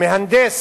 המהנדסת